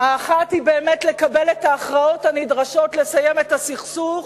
האחת היא באמת לקבל את ההכרעות הנדרשות לסיים את הסכסוך,